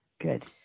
good